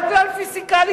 על כלל פיסקלי